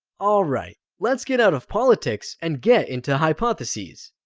alright, let's get out of politics and get into hypotheses.